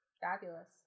Fabulous